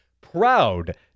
proud